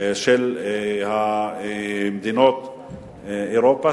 של מדינות אירופה,